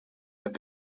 have